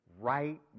right